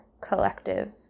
collective